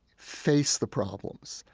face the problems.